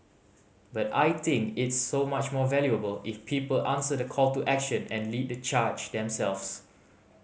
but I think it's so much more valuable if people answer the call to action and lead the charge themselves